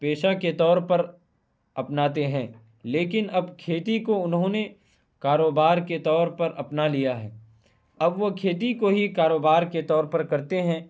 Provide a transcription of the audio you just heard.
پیشہ کے طور پر اپناتے ہیں لیکن اب کھیتی کو انہوں نے کاروبار کے طور پر اپنا لیا ہے اب وہ کھیتی کو ہی کاروبار کے طور پر کرتے ہیں